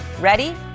Ready